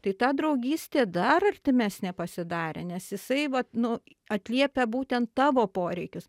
tai ta draugystė dar artimesnė pasidarė nes jisai vat nu atliepia būtent tavo poreikius